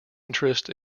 interests